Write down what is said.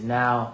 now